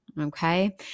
okay